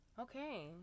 Okay